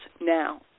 now